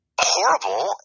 horrible